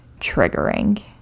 triggering